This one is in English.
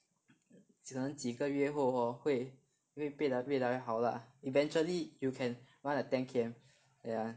可能几个月后 hor 会会变得越来越好 lah eventually you can run a ten K_M yeah